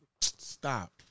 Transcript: Stop